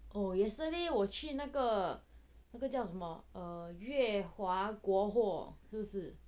oh yesterday 我去那个那个叫什么呃月华国货是不是